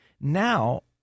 Now